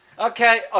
Okay